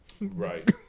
Right